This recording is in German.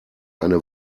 eine